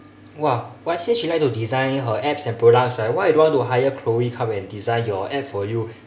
!wah! but actually she likes to design her apps and products right why you don't want to hire chloe come and design your app for you